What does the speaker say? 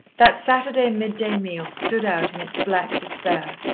that saturday mid-day meal stood out in its black despair.